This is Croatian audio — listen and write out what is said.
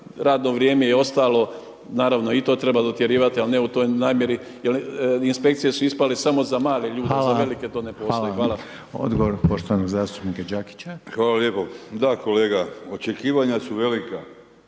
radno vrijeme i ostalo naravno i to treba dotjerivati, ali ne u toj namjeri jer inspekcije su ispale samo za male ljude. Za velike to ne postoji. Hvala. **Reiner, Željko (HDZ)** Hvala. Odgovor poštovanog zastupnika Đakića. **Đakić, Josip (HDZ)** Hvala lijepo. Da kolega, očekivanja su velika.